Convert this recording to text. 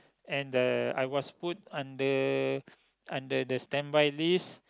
and uh I was put under under the standby list